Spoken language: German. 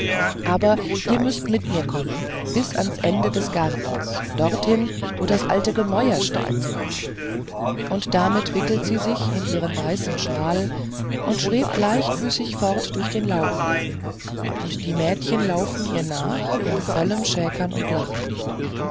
aber da müßt ihr mit mir kommen bis ans ende des gartens dorthin wo das alte gemäuer steht und damit wickelt sie sich in ihren weißen shawl und schwebt leichtfüßig fort durch den laubgang und die mädchen laufen ihr nach in vollem schäkern und lachen